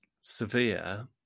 severe